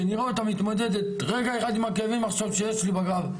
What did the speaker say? נראה אותה מתמודדת רגע אחד עם הכאבים שיש לי עכשיו בגב.